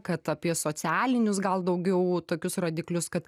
kad apie socialinius gal daugiau tokius rodiklius kad